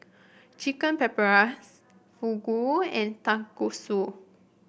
Chicken Paprikas Fugu and Tonkatsu